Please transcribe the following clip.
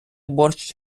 борщ